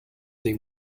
they